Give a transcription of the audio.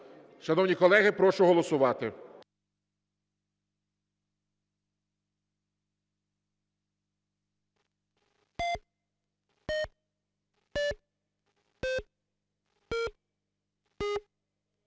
Шановні колеги, прошу голосувати.